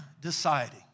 deciding